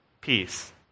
peace